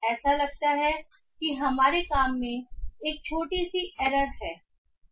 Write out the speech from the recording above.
ऐसा लगता है कि हमारे काम में एक छोटी सी एरर है